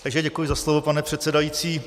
Takže děkuji za slovo, pane předsedající.